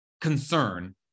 concern